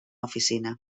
oficina